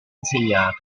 insegnato